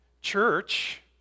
church